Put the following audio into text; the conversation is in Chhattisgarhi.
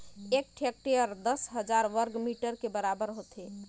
एक हेक्टेयर दस हजार वर्ग मीटर के बराबर होथे